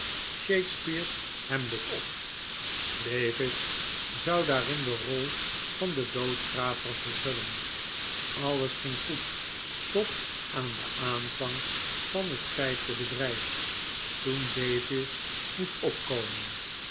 shakespeare's hamlet op davis zou daarin de rol van den doodgraver vervullen alles ging goed tot aan den aanvang van het vijfde bedrijf toen davis moest opkomen